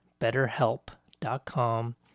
betterhelp.com